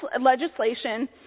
legislation